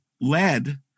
led